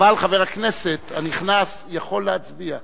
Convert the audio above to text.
אבל חבר הכנסת הנכנס יכול להצביע,